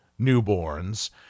newborns